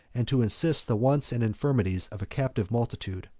and to assist the wants and infirmities of a captive multitude,